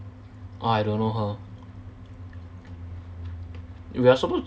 orh I don't know her we're supposed